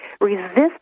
Resist